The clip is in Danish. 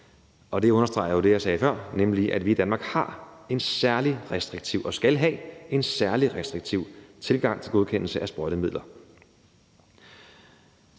Og det understreger jo det, jeg sagde før, nemlig at vi i Danmark har en særlig restriktiv tilgang – og det skal vi have – til godkendelse af sprøjtemidler.